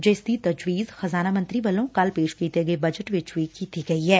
ਜਿਸ ਦੀ ਤਜ਼ਵੀਜ਼ ਖ਼ਜ਼ਾਨਾ ਮੰਤਰੀ ਵੱਲੋ ਕੱਲ ਪੇਸ਼ ਕੀਤੇ ਗਏ ਬਜਟ ਵਿਚ ਵੀ ਕੀਤੀ ਗਈ ਐ